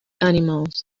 animals